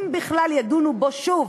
אם בכלל ידונו בזה שוב